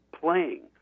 playing